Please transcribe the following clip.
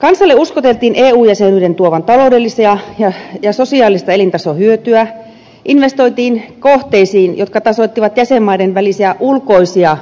kansalle uskoteltiin eu jäsenyyden tuovan taloudellista ja sosiaalista elintasohyötyä investoitiin kohteisiin jotka tasoittivat jäsenmaiden välisiä ulkoisia